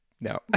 No